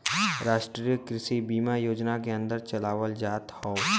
राष्ट्रीय कृषि बीमा योजना के अन्दर चलावल जात हौ